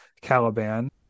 Caliban